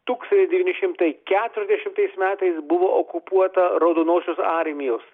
tūkstantis devyni šimtai keturiasdešimtais metais buvo okupuota raudonosios armijos